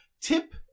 Tip